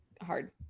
hard